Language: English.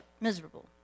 miserable